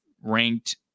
ranked